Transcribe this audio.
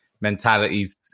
mentalities